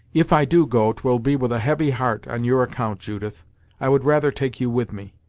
if i do go, twill be with a heavy heart on your account, judith i would rather take you with me.